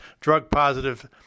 drug-positive